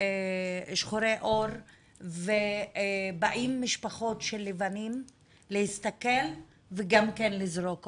שחורי עור ובאים משפחות של לבנים להסתכל וגם כן לזרוק אוכל.